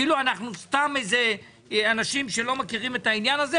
כאילו אנחנו סתם אנשים שלא מכירים את העניין הזה,